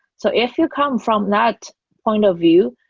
so if you come from that point of view,